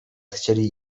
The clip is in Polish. chcieli